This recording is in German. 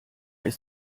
ist